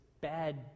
bad